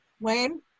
Wayne